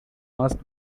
must